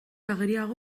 ageriago